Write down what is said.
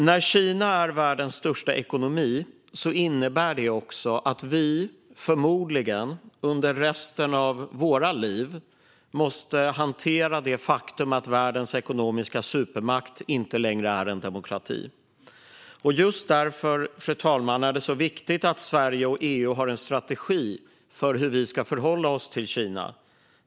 När Kina är världens största ekonomi innebär det att vi förmodligen under resten av våra liv måste hantera det faktum att världens ekonomiska supermakt inte längre är en demokrati. Just därför, fru talman, är det så viktigt att Sverige och EU har en strategi för hur vi ska förhålla oss till Kina.